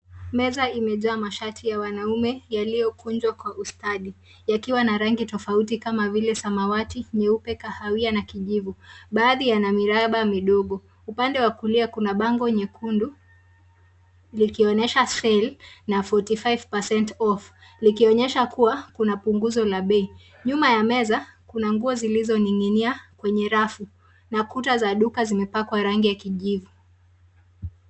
Meza imejaa mashati ya wanaume yaliyokunjwa kwa ustadi. Yamepangwa kwa rangi tofauti kama vile samawati, nyeupe, kahawia na kijivu. Baadhi yana miraba midogo. Upande wa kulia kuna bango nyekundu, likionesha kuwa kuna punguzo la bei. Nyuma ya meza, kuna nguo zilizoning’inia kwenye rafu. Kuta za duka zimepakwa rangi ya kijivu.